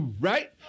Right